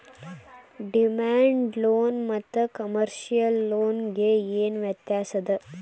Demand loan ಮತ್ತ commercial loan ಗೆ ಏನ್ ವ್ಯತ್ಯಾಸದ?